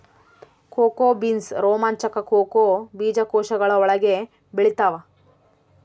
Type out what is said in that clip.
cocoa beans ರೋಮಾಂಚಕ cocoa ಬೀಜಕೋಶಗಳ ಒಳಗೆ ಬೆಳೆತ್ತವ